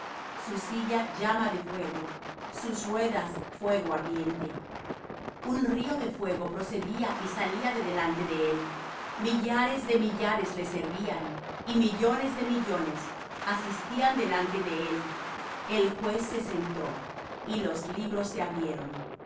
su silla llama de fuego sus ruedas fuego ardiente un río de fuego procedía y salía de delante de él millares de millares le servían y millones de millones asistían delante de él el juez se sentó y los libros se abrieron